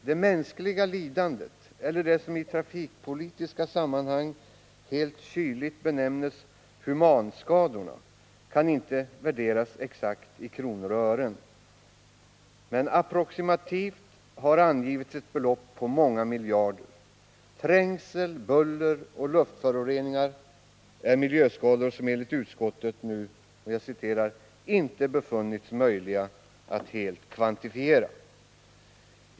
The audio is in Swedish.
Det mänskliga lidandet eller det som i trafikpolitiska sammanhang helt kyligt benämnes ”humanskadorna” kan inte värderas exakt i kronor och ören, men approximativt har angivits ett belopp på många miljarder. Trängsel, buller och luftföroreningar är miljöskador som enligt utskottet ”inte befunnits möjliga att helt kvantifiera”.